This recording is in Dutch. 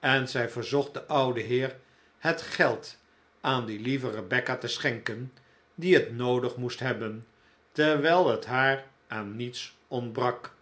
en zij verzocht den ouden heer het geld aan die lieve rebecca te schenken die het noodig moest hebben terwijl het haar aan niets ontbrak